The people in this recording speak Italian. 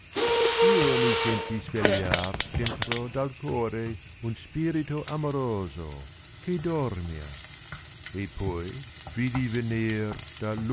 o mi senti svegliar dentro dal core un spirito amoroso che dormia e poi vidi venir